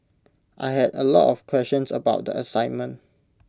I had A lot of questions about the assignment